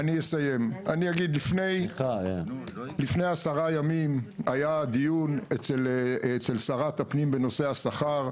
לפני עשרה ימים היה דיון אצל שרת הפנים בנושא השכר,